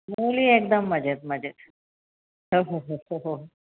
मुली एकदम मजेत मजेत हो हो हो हो हो हो